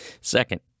Second